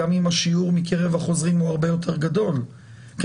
גם אם השיעור מקרב החוזרים הוא הרבה יותר גדול כי